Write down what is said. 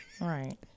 Right